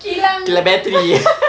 kilang